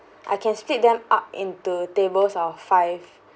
I can split them up into tables of five